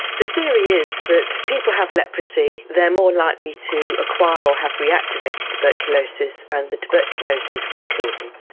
the theory is that people have leprosy they're more likely to acquire or have re-activated tuberculosis and the tuberculosis will kill them.